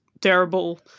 terrible